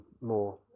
more